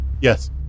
Yes